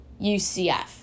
UCF